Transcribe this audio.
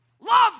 Love